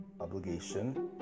obligation